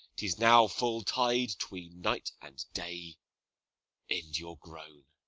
tis now full tide tween night and day end your groan,